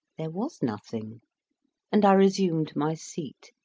there was nothing and i resumed my seat,